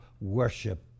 worship